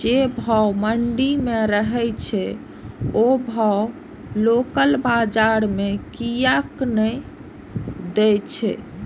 जे भाव मंडी में रहे छै ओ भाव लोकल बजार कीयेक ने दै छै?